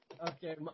Okay